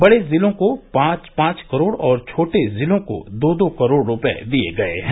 बड़े जिलों को पांच पांच करोड़ और छोटे जिलों को दो दो करोड़ रूपये दिये गये हैं